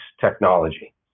technology